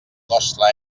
nostra